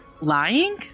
lying